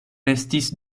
restis